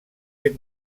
fet